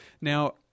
Now